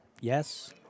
yes